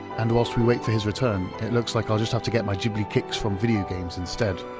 and whilst we wait for his return, it looks like i'll just have to get my ghibli kicks from video games instead.